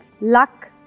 Luck